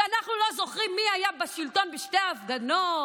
שאנחנו לא זוכרים מי היה בשלטון בשתי ההפגנות,